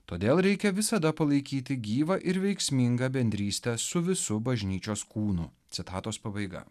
todėl reikia visada palaikyti gyvą ir veiksmingą bendrystę su visu bažnyčios kūnu citatos pabaiga